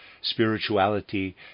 spirituality